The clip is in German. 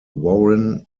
warren